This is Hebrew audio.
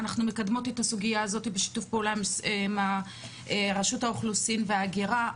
אנחנו מקדמות את הסוגייה הזאת בשיתוף פעולה עם רשות האוכלוסין וההגירה,